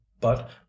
But